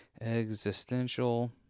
Existential